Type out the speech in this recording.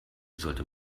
sollte